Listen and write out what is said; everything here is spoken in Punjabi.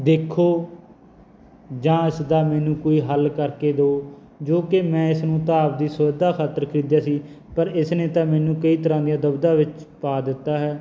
ਦੇਖੋ ਜਾਂ ਇਸ ਦਾ ਮੈਨੂੰ ਕੋਈ ਹੱਲ ਕਰਕੇ ਦਿਉ ਜੋ ਕਿ ਮੈਂ ਇਸਨੂੰ ਤਾਂ ਆਪਦੀ ਸੁਵਿਧਾ ਖਾਤਰ ਖਰੀਦਿਆ ਸੀ ਪਰ ਇਸ ਨੇ ਤਾਂ ਮੈਨੂੰ ਕਈ ਤਰ੍ਹਾਂ ਦੀਆਂ ਦੁਵਿਧਾ ਵਿੱਚ ਪਾ ਦਿੱਤਾ ਹੈ